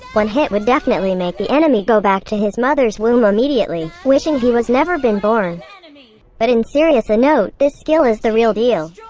one hit would definitely make the enemy go back to his mother's womb immediately, wishing he was never been born. but in serious a note, this skill is the real deal.